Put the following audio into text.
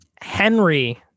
Henry